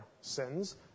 sins